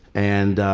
and